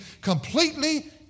completely